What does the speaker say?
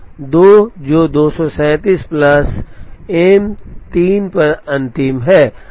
2 जो 237 plus M 3 पर अंतिम है